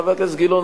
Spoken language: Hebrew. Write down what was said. חבר הכנסת גילאון,